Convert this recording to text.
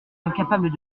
incapable